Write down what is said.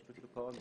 רשות שוק ההון,